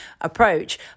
approach